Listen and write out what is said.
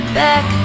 back